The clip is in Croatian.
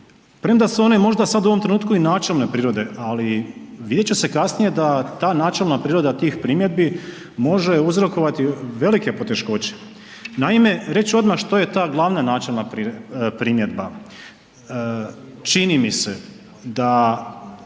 premda su one možda sad u ovom trenutku i načelne prirode, ali vidjet će se kasnije da ta načelna priroda tih primjedbi može uzrokovati velike poteškoće. Naime, reći ću odmah što je ta glavna načelna primjedba. Čini mi se da